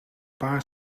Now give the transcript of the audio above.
paar